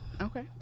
Okay